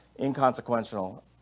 inconsequential